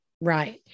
Right